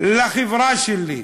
לחברה שלי,